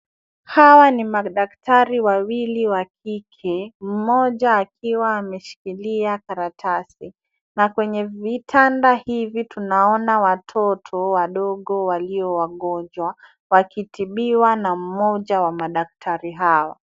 Hawa ni madaktari wawili wa kike. Mmoja akiwa ameshikilia karatasi na kwenye vitanda hivi tunaona watoto wadogo walio wagonjwa, wakitibiwa na mmoja wa madaktari hawa.